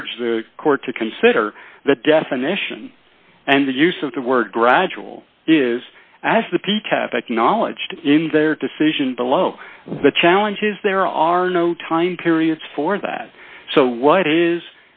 urge the court to consider that definition and the use of the word gradual is as the p t have acknowledged in their decision below the challenges there are no time periods for that so what is